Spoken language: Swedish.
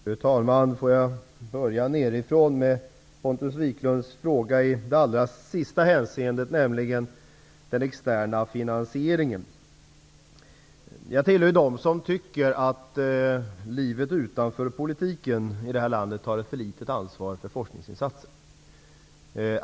Fru talman! Får jag börja från slutet, med Pontus Wiklunds sista fråga, nämligen om den externa finansieringen. Jag tillhör ju dem som tycker att livet utanför politiken i det här landet tar för litet ansvar för forskningsinsatser.